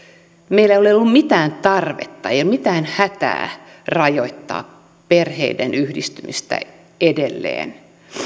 meillä ei ole ollut mitään tarvetta ei ole mitään hätää rajoittaa perheiden yhdistymistä edelleen